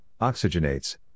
oxygenates